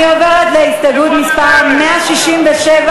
אני עוברת להסתייגות מס' 164